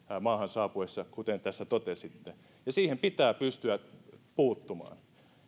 maahan saapuessa kuten tässä totesitte ja siihen pitää pystyä puuttumaan